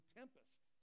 tempest